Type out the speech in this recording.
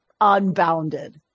unbounded